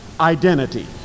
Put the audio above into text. identity